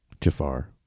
Jafar